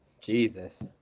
Jesus